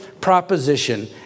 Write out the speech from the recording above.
proposition